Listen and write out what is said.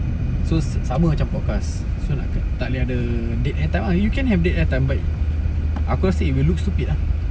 so sama macam podcast so nak ke~ takleh ada dead airtime ah you can have dead airtime but aku rasa you will look stupid ah